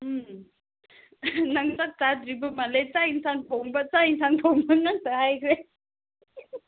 ꯎꯝ ꯅꯪ ꯆꯥꯛ ꯆꯗ꯭ꯔꯤꯕ ꯃꯥꯂꯂꯦ ꯆꯥꯛ ꯏꯟꯁꯥꯡ ꯊꯣꯡꯕ ꯉꯥꯛꯇ ꯈꯥꯏꯈ꯭ꯔꯦ